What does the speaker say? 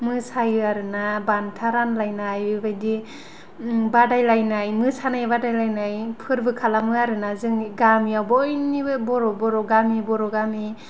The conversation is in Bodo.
मोसायो आरोना बान्था रानलायनाय बेबायदि बादायलायनाय मोसानाय बादायलायनाय फोरबो खालामो आरोना जोंनि गामिआव बयनिबो बर' बर' गामि बर' गामि